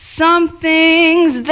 something's